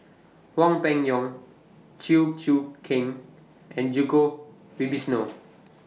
Hwang Peng Yuan Chew Choo Keng and Djoko Wibisono